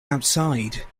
outside